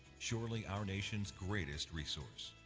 surely our nation's greatest resource.